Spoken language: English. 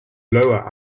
loa